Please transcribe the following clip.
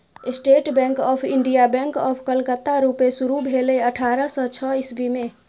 state bank of India, bank of Calcutta रुपे शुरु भेलै अठारह सय छअ इस्बी मे